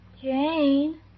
Jane